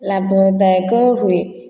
ଲାଭ ଦାୟକ ହୁଏ